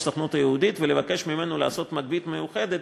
הסוכנות היהודית ולבקש ממנו לעשות מגבית מיוחדת